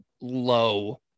low